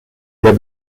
der